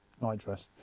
nightdress